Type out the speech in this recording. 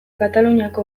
kataluniako